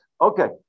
Okay